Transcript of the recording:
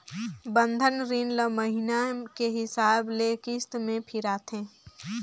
बंधन रीन ल महिना के हिसाब ले किस्त में फिराथें